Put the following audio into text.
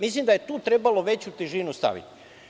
Mislim da je tu trebalo veću težinu staviti.